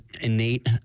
innate